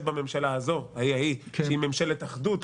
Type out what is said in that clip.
בממשלה הזאת" ההיא "שהיא ממשלת אחדות,